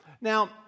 Now